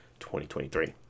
2023